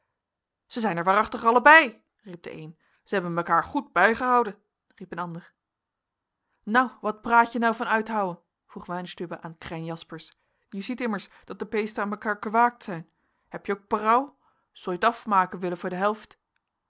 zij zijn er waarachtig allebei riep de een zij hebben mekaar goed bijgehouen riep een ander nou wat braatje nou van uithouen vroeg weinstübe aan krijn jaspersz je ziet immers dat de peesten an mekaar kewaagd zijn heb je ook perauw sol je t afmaken wille voor de helft